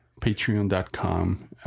patreon.com